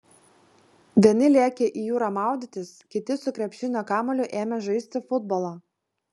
vieni lėkė į jūrą maudytis kiti su krepšinio kamuoliu ėmė žaisti futbolą